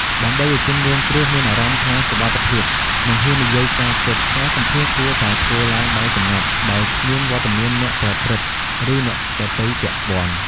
ដើម្បីឲ្យជនរងគ្រោះមានអារម្មណ៍ថាសុវត្ថិភាព និងហ៊ាននិយាយការពិត ការសម្ភាសន៍គួរតែធ្វើឡើងដោយសម្ងាត់ ដោយគ្មានវត្តមានអ្នកប្រព្រឹត្ត ឬអ្នកដទៃពាក់ព័ន្ធ។